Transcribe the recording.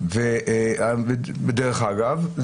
ודרך אגב,